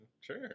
sure